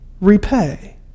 repay